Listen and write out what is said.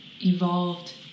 evolved